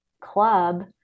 club